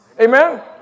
Amen